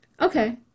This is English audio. Okay